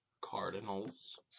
Cardinals